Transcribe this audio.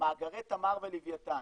מאגרי תמר ולווייתן,